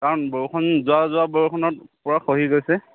কাৰণ বৰষুণ যোৱা জাক বৰষুণত পুৰা খহি গৈছে